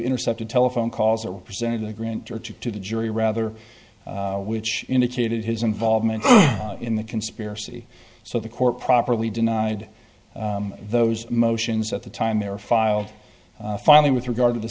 intercepted telephone calls or represented the grantor to the jury rather which indicated his involvement in the conspiracy so the court properly denied those motions at the time they were filed finally with regard to the